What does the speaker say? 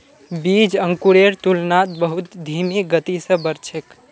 बीज अंकुरेर तुलनात बहुत धीमी गति स बढ़ छेक